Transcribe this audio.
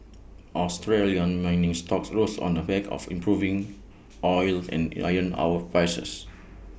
Australian mining stocks rose on the back of improving oil and iron our prices